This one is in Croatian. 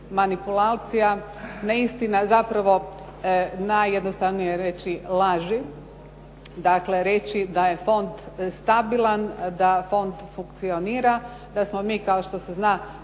manipulacija, neistinita, zapravo, najjednostavnije je reći laži. Dakle, reći da je fond stabilan, da fond funkcionira, da smo mi kao što se zna,